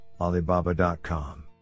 Alibaba.com